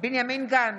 בנימין גנץ,